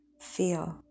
Feel